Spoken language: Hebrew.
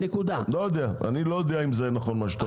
איני יודע אם מה שאתה אומר נכון.